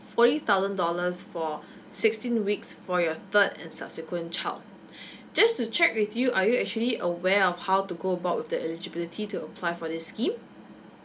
forty thousand dollars for sixteen weeks for your third and subsequent child just to check with you are you actually aware of how to go about the eligibility to apply for this scheme